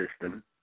system